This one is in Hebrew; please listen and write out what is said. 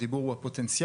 הדיבור הוא הפוטנציאל,